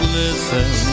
listen